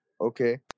Okay